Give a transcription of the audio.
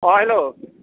hello